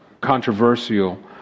Controversial